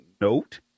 Note